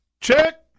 Check